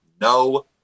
no